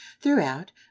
throughout